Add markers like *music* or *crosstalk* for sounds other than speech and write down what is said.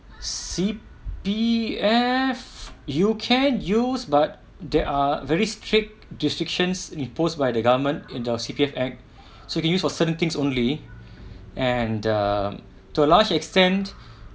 C_P_F you can use but there are very strict restrictions imposed by the government in your C_P_F act *breath* so you can use for certain things only and uh to a large extent